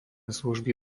služby